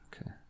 Okay